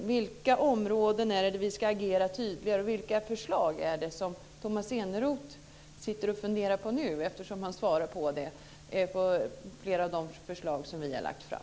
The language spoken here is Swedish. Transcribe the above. På vilka områden ska vi agera tydligare och vilka förslag funderar Tomas Eneroth på nu, eftersom han svarar så på flera av de förslag som vi har lagt fram?